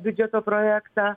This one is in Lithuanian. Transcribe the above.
biudžeto projektą